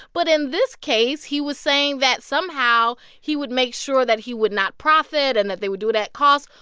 but in this case, he was saying that somehow, he would make sure that he would not profit and that they would do it at cost.